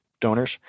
donors